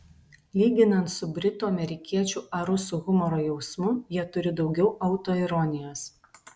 lyginant su britų amerikiečių ar rusų humoro jausmu jie turi daugiau autoironijos